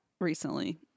recently